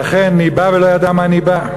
ואכן, ניבא ולא ידע מה ניבא.